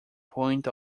point